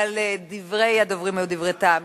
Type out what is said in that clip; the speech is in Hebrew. אבל דברי הדוברים היו דברי טעם,